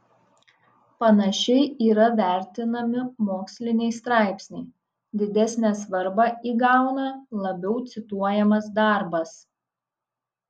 panašiai yra vertinami moksliniai straipsniai didesnę svarbą įgauna labiau cituojamas darbas